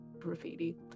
graffiti